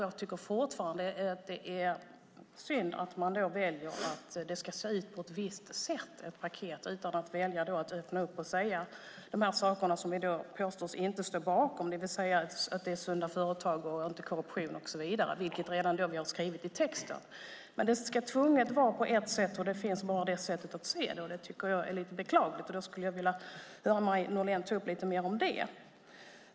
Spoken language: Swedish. Jag tycker fortfarande att det är synd att ett paket tvunget ska se ut på ett visst sätt utan att öppna för att säga de saker som vi påstås inte stå bakom, det vill säga sunda företag och ingen korruption - vilket framgår av texten. Det är lite beklagligt. Jag vill höra Marie Nordén säga lite mer om det.